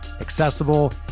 accessible